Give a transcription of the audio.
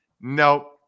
Nope